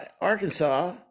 arkansas